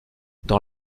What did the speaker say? dans